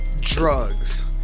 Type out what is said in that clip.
Drugs